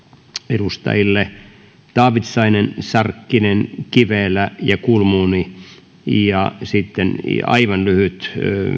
edustajille taavitsainen sarkkinen kivelä ja kulmuni sitten aivan lyhyt